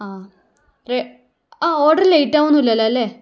ആ ഓർഡറ് ലേറ്റാവുകയൊന്നും ഇല്ലല്ലോല്ലേ